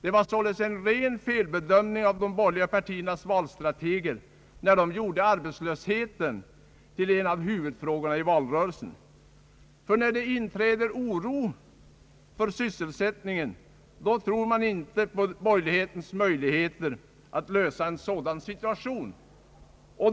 Det var således en ren felbedömning av de borgerliga partiernas valstrateger, när de gjorde arbetslösheten till en av huvudfrågorna i valrörelsen. När det inträder oro för sysselsättningen, då tror man inte på borgerlighetens möjligheter att lösa en sådan situation.